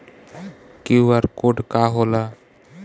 QR code का होला?